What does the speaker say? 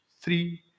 three